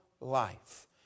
life